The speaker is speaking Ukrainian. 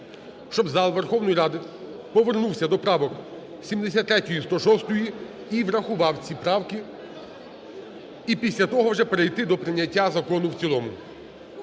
щоб зал Верховної Ради повернувся до правок 73 і 106 і врахував ці правки, і після того вже перейти до прийняття закону в цілому.